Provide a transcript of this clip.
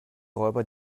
räuber